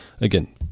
again